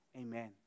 Amen